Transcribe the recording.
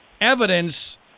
evidence